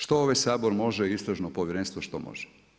Što ovaj Sabor može, istražno povjerenstvo što može?